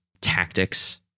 tactics